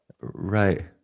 Right